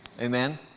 Amen